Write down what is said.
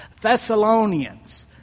Thessalonians